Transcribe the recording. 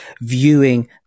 viewing